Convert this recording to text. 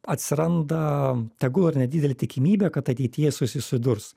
atsiranda tegul ir nedidelė tikimybė kad ateityje jisai susidurs